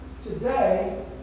Today